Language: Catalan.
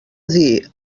dir